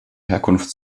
herkunft